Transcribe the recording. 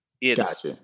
It's-